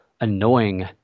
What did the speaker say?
annoying